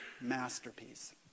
masterpiece